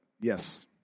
yes